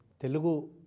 telugu